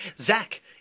Zach